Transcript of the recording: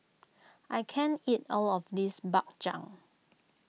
I can't eat all of this Bak Chang